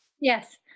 Yes